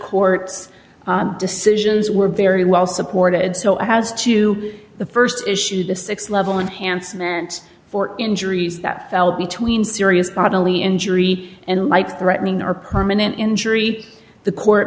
court decisions were very well supported so as to the st issue the six level enhancements for injuries that fell between serious bodily injury and life threatening are permanent injury the court